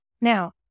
Now